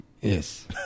Yes